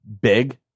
Big